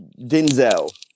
Denzel